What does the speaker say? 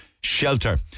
shelter